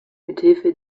mithilfe